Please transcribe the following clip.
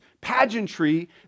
pageantry